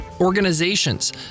organizations